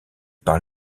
par